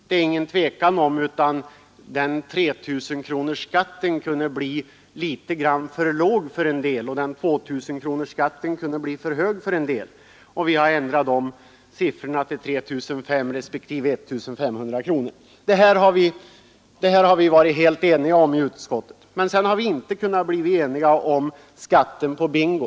Det är ingen tvekan om att en skatt på 3 000 kronor kunde bli för låg för en del, medan 2 000 kronor kunde bli för mycket för andra. Vi har därför ändrat siffrorna till 3 500 respektive 1 500 kronor. Om detta har vi varit helt eniga i utskottet. Däremot har vi inte kunnat bli eniga om skatten på bingo.